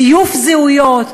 זיוף זהויות,